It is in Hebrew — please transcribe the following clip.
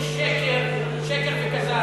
כל זה שקר, שקר וכזב.